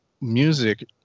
music